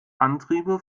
antriebe